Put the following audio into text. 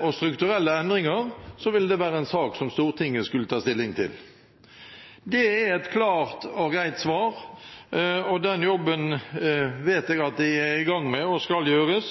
og strukturelle endringer, ville det være en sak som Stortinget skulle ta stilling til. Det er et klart og greit svar, og den jobben vet jeg at man er i gang med.